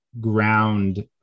ground